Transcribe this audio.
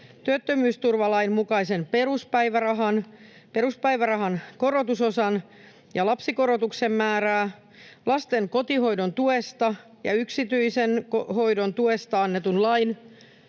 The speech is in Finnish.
työttömyysturvalain mukaisen peruspäivärahan, peruspäivärahan korotusosan ja lapsikorotuksen määrää, lasten kotihoidon tuesta ja yksityisen hoidon tuesta annetun lain